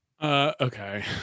Okay